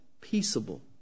peaceable